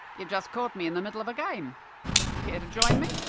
you've just caught me in the middle of a game. care to join me?